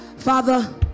Father